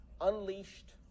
unleashed